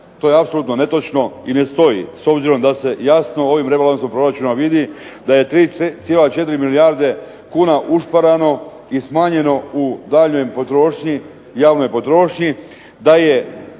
To je apsolutno netočno i ne stoji s obzirom da se jasno ovim rebalansom proračuna vidi da je 3,4 milijarde kuna ušparano i smanjeno u daljnjoj potrošnji,